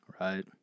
Right